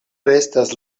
restas